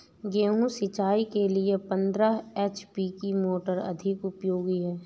गेहूँ सिंचाई के लिए पंद्रह एच.पी की मोटर अधिक उपयोगी है?